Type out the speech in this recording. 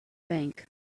bank